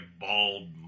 bald